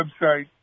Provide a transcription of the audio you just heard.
website